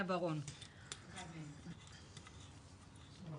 כמעט לאישרור האמנה ואנחנו רואים גם הרבה שותפים